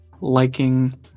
liking